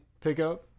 pickup